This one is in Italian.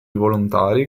volontari